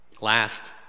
Last